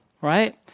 right